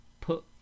put